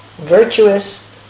virtuous